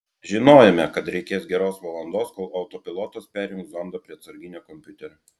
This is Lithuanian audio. žinojome kad reikės geros valandos kol autopilotas perjungs zondą prie atsarginio kompiuterio